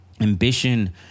Ambition